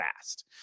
fast